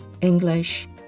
English